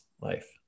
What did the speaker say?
life